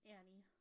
Annie